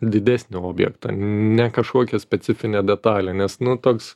didesnį objektą ne kažkokią specifinę detalę nes nu toks